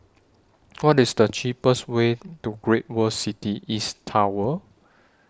What IS The cheapest Way to Great World City East Tower